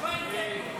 התשובה היא כן.